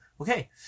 Okay